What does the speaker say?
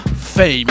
Fame